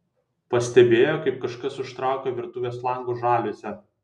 pastebėjo kaip kažkas užtraukė virtuvės lango žaliuzę